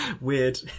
Weird